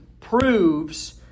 proves